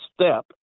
step